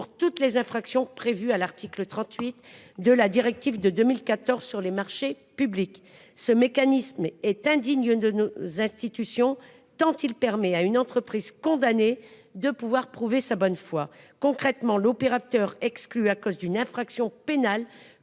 pour toutes les infractions prévues à l'article 38. De la directive de 2014 sur les marchés publics. Ce mécanisme est indigne de nos institutions, tant il permet à une entreprise condamnée de pouvoir prouver sa bonne foi. Concrètement, l'opérateur exclus à cause d'une infraction pénale